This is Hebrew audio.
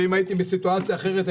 ואם הייתי בסיטואציה אחרת,